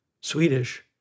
Swedish